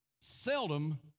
seldom